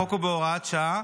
החוק הוא בהוראת שעה.